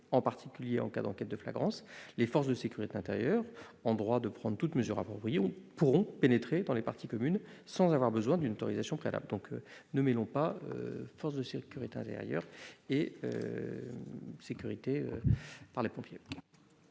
en particulier en cas d'enquête de flagrance, les forces de sécurité intérieure ont le droit de prendre toute mesure appropriée et pourront pénétrer dans les parties communes sans avoir besoin d'une autorisation préalable. Ne mêlons pas missions de sécurité intérieure et missions